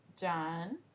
John